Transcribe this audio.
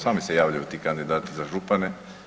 Sami se javljaju ti kandidati za župane.